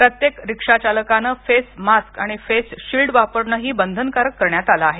प्रत्येक रिक्षाचालकाने फेसमास्क आणि फेसशील्ड वापरणंही बंधनकारक करण्यात आलं आहे